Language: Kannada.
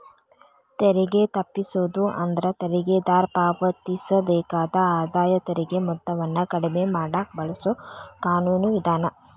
ತೆರಿಗೆ ತಪ್ಪಿಸೋದು ಅಂದ್ರ ತೆರಿಗೆದಾರ ಪಾವತಿಸಬೇಕಾದ ಆದಾಯ ತೆರಿಗೆ ಮೊತ್ತವನ್ನ ಕಡಿಮೆ ಮಾಡಕ ಬಳಸೊ ಕಾನೂನು ವಿಧಾನ